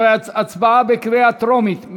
הצבעה בקריאה טרומית.